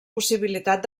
possibilitat